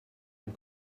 ein